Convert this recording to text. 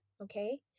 okay